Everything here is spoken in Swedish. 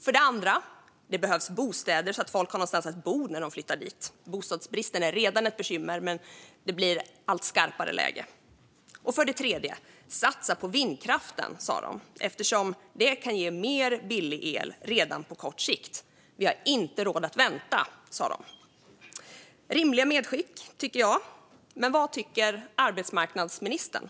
För det andra: Det behövs bostäder så att folk har någonstans att bo när de flyttar dit där jobben finns. Bostadsbristen är redan ett bekymmer, men det blir ett allt skarpare läge. För det tredje: Satsa på vindkraften eftersom det kan ge mer billig el redan på kort sikt! Så sa de. Vi har inte råd att vänta, sa de också. Det är rimliga medskick, tycker jag. Men vad tycker arbetsmarknadsministern?